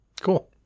Cool